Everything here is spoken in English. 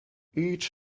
each